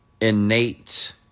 innate